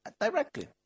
directly